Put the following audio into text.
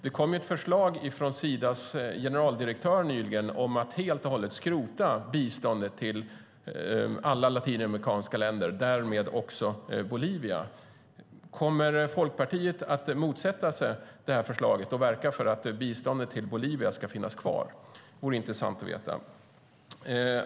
Det kom ett förslag från Sidas generaldirektör nyligen om att helt och hållet skrota biståndet till alla latinamerikanska länder, därmed även Bolivia. Kommer Folkpartiet att motsätta sig det förslaget och verka för att biståndet till Bolivia ska finnas kvar? Det vore intressant att få veta.